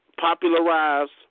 popularized